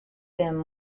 them